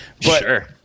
Sure